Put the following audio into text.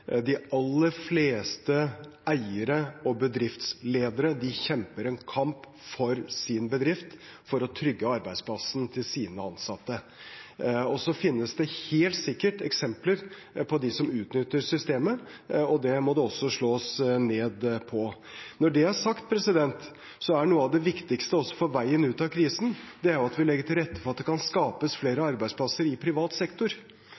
De aller fleste eiere og bedriftsledere kjemper en kamp for sin bedrift for å trygge sine ansattes arbeidsplasser. Det finnes helt sikkert eksempler på dem som utnytter systemet, og det må det slås ned på. Når det er sagt, er noe av det viktigste for veien ut av krisen at vi legger til rette for at det kan skapes flere arbeidsplasser i privat sektor.